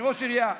כראש עירייה.